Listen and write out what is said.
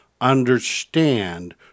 understand